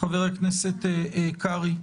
חבר הכנסת קרעי.